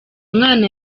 mwana